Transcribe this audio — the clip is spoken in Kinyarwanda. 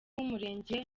w’umurenge